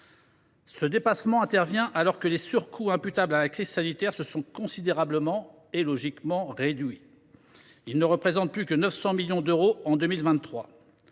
Ce dépassement intervient alors que les surcoûts imputables à la crise sanitaire se sont considérablement et logiquement réduits : ils ne représentent plus que 900 millions d’euros en 2023.